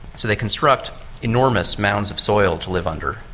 so they construct enormous mounds of soil to live under.